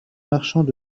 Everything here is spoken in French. marchands